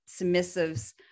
submissives